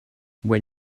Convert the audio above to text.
when